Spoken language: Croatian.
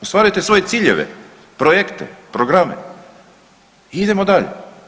Ostvarujete svoje ciljeve, projekte, programe i idemo dalje.